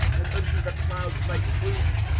and unto the clouds thy truth.